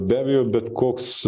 be abejo bet koks